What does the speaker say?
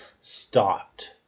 stopped